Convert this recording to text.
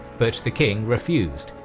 but the king refused,